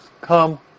Come